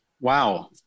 Wow